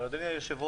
אבל אדוני היושב-ראש,